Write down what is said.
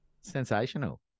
Sensational